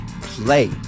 play